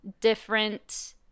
different